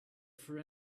for